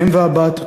האם והבת,